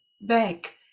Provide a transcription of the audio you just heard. back